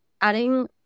Adding